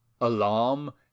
Alarm